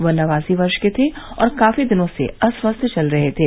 वह नवासी वर्ष के थे और काफी दिनों से अस्वस्थ चल रहे थे